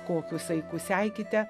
kokiu saiku seikite